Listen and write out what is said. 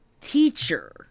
teacher